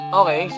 okay